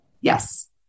Yes